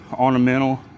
ornamental